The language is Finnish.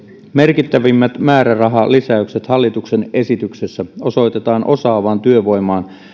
merkittävimmät määrärahalisäykset hallituksen esityksessä osoitetaan osaavaan työvoimaan muun